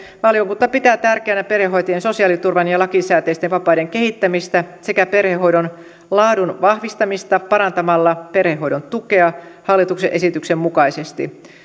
valiokunta pitää tärkeänä perhehoitajien sosiaaliturvan ja lakisääteisten vapaiden kehittämistä sekä perhehoidon laadun vahvistamista parantamalla perhehoidon tukea hallituksen esityksen mukaisesti